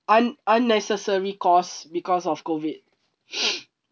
un~ unnecessary costs because of COVID